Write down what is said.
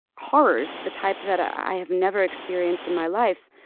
horrors of the type that i have never experienced in my life.